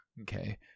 Okay